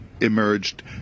emerged